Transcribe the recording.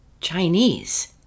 Chinese